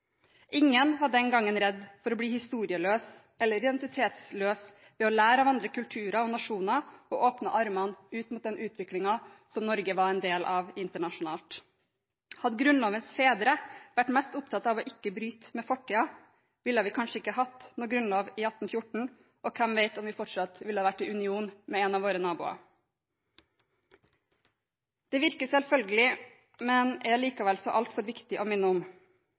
Ingen var den gangen redd for å bli historieløs eller identitetsløs ved å lære av andre kulturer og nasjoner og åpne armene ut mot den utviklingen som Norge var en del av internasjonalt. Hadde Grunnlovens fedre vært mest opptatt av ikke å bryte med fortiden, ville vi kanskje ikke hatt noen grunnlov i 1814, og hvem vet om vi fortsatt ville vært i union med en av våre naboer. Det virker selvfølgelig, men det er likevel så altfor viktig å minne om